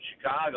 Chicago